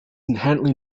inherently